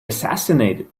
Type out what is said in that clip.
assassinated